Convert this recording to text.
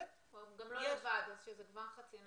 הוא גם לא לבד, כך זה כבר חצי נחמה.